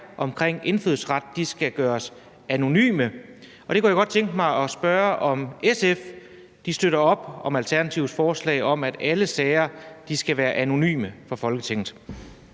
om indfødsret skal gøres anonyme. Og der kunne jeg godt tænke mig at høre, om SF støtter op om Alternativets forslag om, at alle sager skal være anonyme for Folketinget.